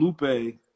Lupe